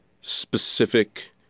specific